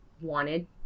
wanted